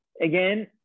again